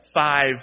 five